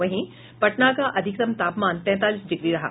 वहीं पटना का अधिकतम तापमान तैंतालीस डिग्री रहा